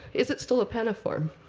is it still a penniform?